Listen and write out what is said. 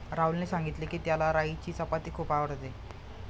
राहुलने सांगितले की, त्याला राईची चपाती खूप आवडते